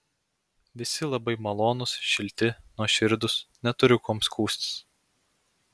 visi labai malonūs šilti nuoširdūs neturiu kuom skųstis